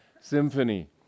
symphony